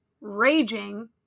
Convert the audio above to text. raging